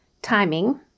Timing